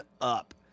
up